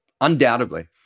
Undoubtedly